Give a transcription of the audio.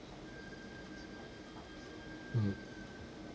mm